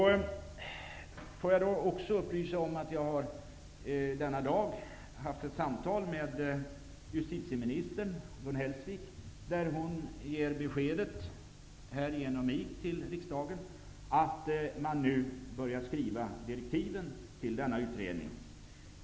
Får jag också upplysa om att jag i dag har haft ett samtal med justitieminister Gun Hellsvik. Hon ger genom mig beskedet till riksdagen att man nu börjar skriva direktiven till denna utredning.